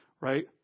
Right